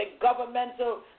governmental